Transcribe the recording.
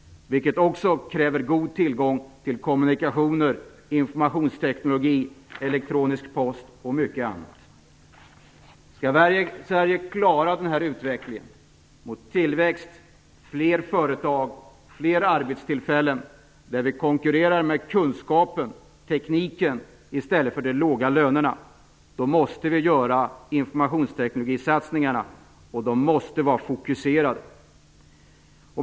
Detta kräver också god tillgång till kommunikation, informationsteknologi, elektronisk post och mycket annat. Skall Sverige klara den här utvecklingen mot tillväxt, fler företag och fler arbetstillfällen, i en situation då vi konkurrerar med kunskapen och tekniken i stället för med de låga lönerna, måste vi satsa på informationsteknologi, och satsningarna måste vara fokuserade.